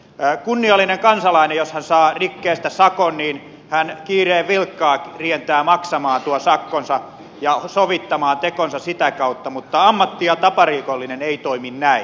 kunniallinen kansalainen jos hän saa rikkeestä sakon kiireen vilkkaa rientää maksamaan tuon sakkonsa ja sovittamaan tekonsa sitä kautta mutta ammatti ja taparikollinen ei toimi näin